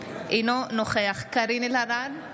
אינו נוכח קארין אלהרר,